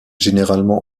généralement